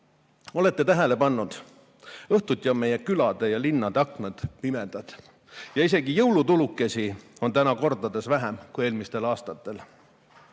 Olete tähele pannud? Õhtuti on meie külade ja linnade aknad pimedad. Isegi jõulutulukesi on kordades vähem kui eelmistel aastatel. Eesti